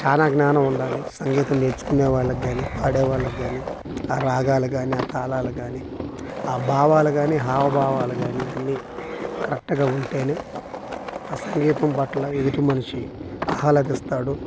చాలా జ్ఞానం ఉండాలి సంగీతం నేర్చుకొనే వాళ్ళకు కానీ పాడేవాళ్ళకు కానీ ఆ రాగాలు కానీ ఆ తాళాలు కానీ ఆ భావాలు కానీ హావభావాలు కానీ అన్నీ కరెక్ట్గా ఉంటేనే ఆ సంగీతం పట్ల ఎదుటి మనిషి ఆహ్లాదిస్తాడు